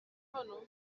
hano